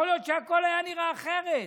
יכול להיות שהכול היה נראה אחרת.